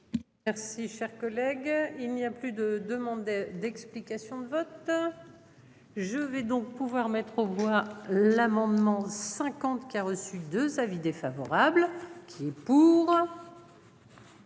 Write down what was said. Merci cher collègue. Il n'y a plus de demandes d'explications de vote. Je vais donc pouvoir mettre aux voix l'amendement 50 qui a reçu 2 avis défavorables qui est pour.